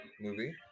movie